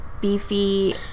Beefy